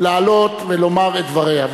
לעלות ולומר את דבריה.